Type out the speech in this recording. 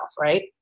right